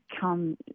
come